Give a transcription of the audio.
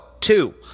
two